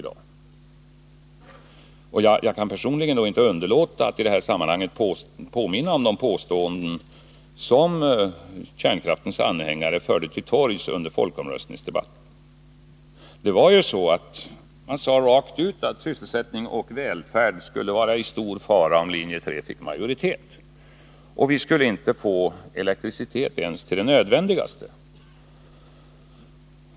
Jag kan dock personligen inte underlåta att i detta sammanhang påminna om de påståenden som kärnkraftens anhängare förde fram i folkomröstningsdebatten. Man sade rakt ut att sysselsättning och välfärd skulle komma i stor fara, om linje 3 fick majoritet. Vi skulle då inte få elektricitet ens till det nödvändigaste.